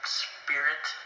spirit